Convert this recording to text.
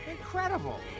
Incredible